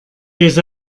des